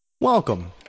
Welcome